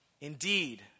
Indeed